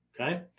okay